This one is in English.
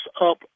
up